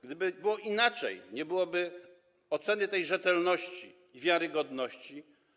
Gdyby było inaczej, nie byłoby oceny tej rzetelności i wiarygodności.